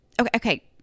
Okay